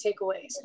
takeaways